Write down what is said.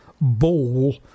ball